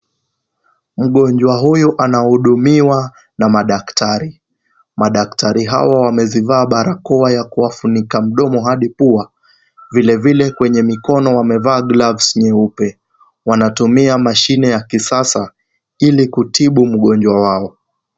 Mgonjwa huyu anahudumiwa na madaktari, madaktari hao wamezivaa barakoa ya kuwa funukia mdomo hadi pua, vile vile kwenye mikono wamevaa gloves nyeupe, wanatumia mashine ya kisasa ilikutibu mgonjwa wao.